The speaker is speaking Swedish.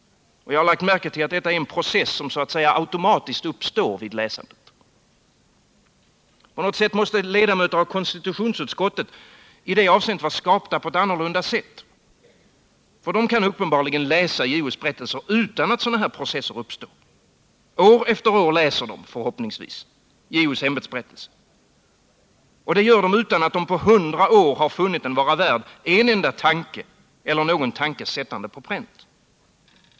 Jag har lagt märke till att detta är en process som så att säga automatiskt uppstår vid läsandet. På något sätt måste ledamöter av konstitutionsutskottet i det avseendet vara skapta på ett annat sätt. De kan uppenbarligen läsa JO:s berättelse utan att sådana tankeprocesser uppstår. År efter år läser de — förhoppningsvis — JO:s ämbetsberättelse. Och de gör det utan att de på 100 år funnit den vara värd en enda tanke eller någon enda tankes sättande på pränt.